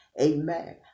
Amen